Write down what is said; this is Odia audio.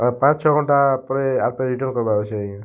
ଆର୍ ପାଞ୍ଚ୍ ଛଅ ଘଣ୍ଟା ପରେ ଆର୍ ଫେର୍ ରିଟର୍ଣ୍ଣ୍ କରବାର୍ ଅଛେ ଆଜ୍ଞା